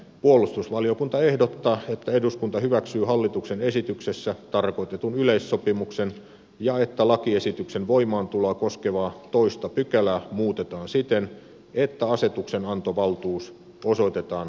puolustusvaliokunta ehdottaa että eduskunta hyväksyy hallituksen esityksessä tarkoitetun yleissopimuksen ja että lakiesityksen voimaantuloa koskevaa toista pykälää muutetaan siten että asetuksenantovaltuus osoitetaan valtioneuvostolle